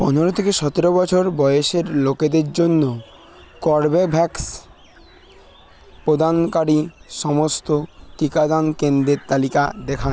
পনেরো থেকে সতেরো বছর বয়সের লোকেদের জন্য কর্বেভ্যাক্স প্রদানকারী সমস্ত টিকাদান কেন্দ্রের তালিকা দেখান